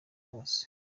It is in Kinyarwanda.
yose